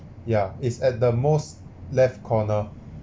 yeah is at the most left corner